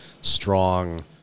strong